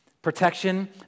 protection